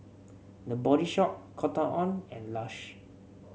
The Body Shop Cotton On and Lush